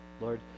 Lord